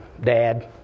Dad